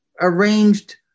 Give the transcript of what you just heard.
arranged